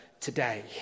today